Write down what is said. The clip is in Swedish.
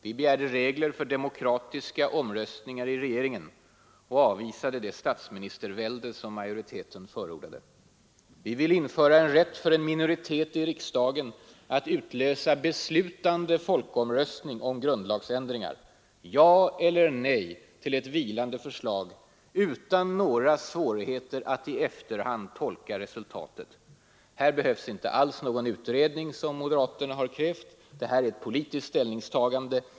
Vi begärde regler för demokratiska omröstningar i regeringen och avvisade det statsministervälde som majoriteten förordade. Vi ville införa en rätt för en minoritet i riksdagen att utlösa beslutande folkomröstning om grundlagsändringar: ja eller nej till ett vilande förslag, utan några svårigheter att i efterhand tolka resultatet. Här behövs inte alls någon utredning, såsom moderaterna har krävt. Det här är ett politiskt ställningstagande.